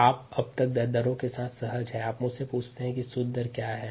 आप अब तक दरों के साथ सहज हैं आप मुझसे पूछते हैं कि शुद्ध दर क्या है